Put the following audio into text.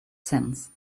sense